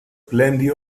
plenty